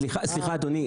סליחה, אדוני.